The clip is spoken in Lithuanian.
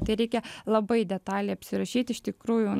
tai reikia labai detaliai apsirašyt iš tikrųjų